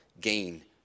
gain